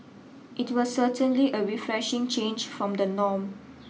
it was certainly a refreshing change from the norm